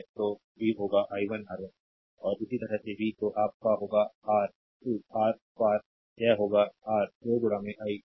तो v होगा i1 R1 और इसी तरह v तो आप का होगा आर २ आर पार यह होगा आर २ आई २